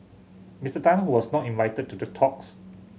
Mister Tan who was not invited to the talks